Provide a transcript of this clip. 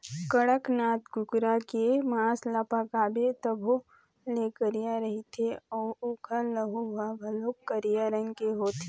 कड़कनाथ कुकरा के मांस ल पकाबे तभो ले करिया रहिथे अउ ओखर लहू ह घलोक करिया रंग के होथे